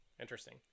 Interesting